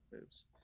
moves